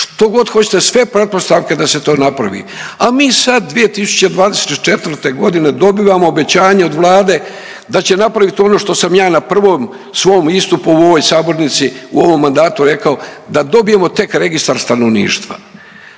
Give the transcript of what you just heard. štogod hoćete sve pretpostavke da se to napravi. A mi sad 2024.g. dobivamo obećanje od Vlade da će napravit ono što sam ja na prvom svom istupu u ovoj sabornici u ovom mandatu rekao da dobijemo tek registar stanovništva.